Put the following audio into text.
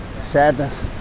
sadness